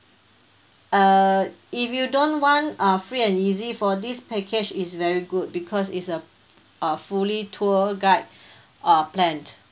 uh if you don't want uh free and easy for this package is very good because it's a uh fully tour guide uh plan